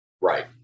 right